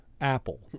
Apple